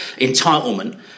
entitlement